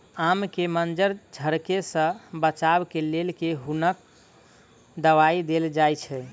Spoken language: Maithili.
आम केँ मंजर झरके सऽ बचाब केँ लेल केँ कुन दवाई देल जाएँ छैय?